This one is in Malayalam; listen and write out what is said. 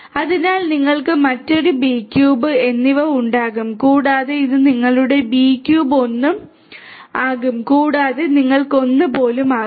അതിനാൽ നിങ്ങൾക്ക് മറ്റൊരു B ക്യൂബ് മറ്റൊരു B ക്യൂബ് എന്നിവ ഉണ്ടാകും കൂടാതെ ഇത് നിങ്ങളുടെ B ക്യൂബ് 1 ആകും കൂടാതെ നിങ്ങൾക്ക് 1 പോലും ആകാം